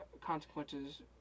consequences